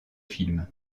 film